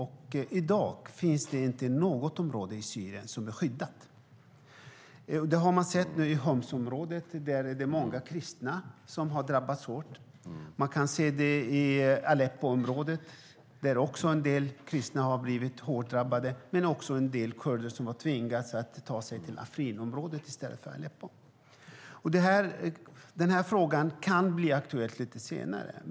I dag finns det inte något område i Syrien som är skyddat. Det har man nu sett i Humsområdet. Där är det många kristna som har drabbats hårt. Man kan se det i Aleppoområdet där en del kristna har blivit hårt drabbade men också en del kurder som har tvingats att i stället ta sig till Afrinområdet i stället för Aleppo. Den här frågan kan bli aktuell lite senare.